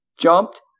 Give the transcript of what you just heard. jumped